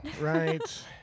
Right